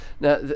Now